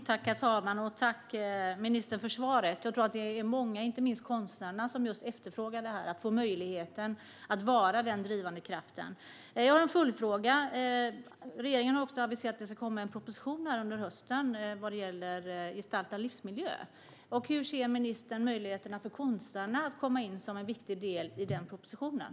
Herr talman! Tack, ministern, för svaret! Det är många, inte minst konstnärerna, som efterfrågar möjligheten att få vara denna drivande kraft. Jag har en följdfråga. Regeringen har aviserat att det ska komma en proposition under hösten vad gäller gestaltad livsmiljö. Hur ser ministern på möjligheterna för konstnärerna att komma in som en viktig del i propositionen?